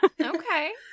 Okay